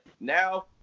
Now